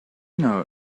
know